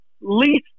least